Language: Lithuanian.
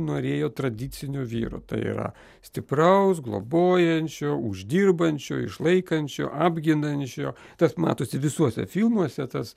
norėjo tradicinio vyro tai yra stipraus globojančio uždirbančio išlaikančio apginančio tas matosi visuose filmuose tas